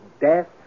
death